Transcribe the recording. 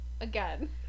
again